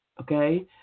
Okay